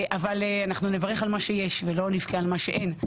אבל אנחנו נברך על מה שיש ולא נבכה על מה שאין.